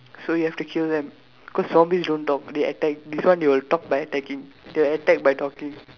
so you have to kill them cause zombies don't talk they attack this one they will talk by attacking they'll attack by talking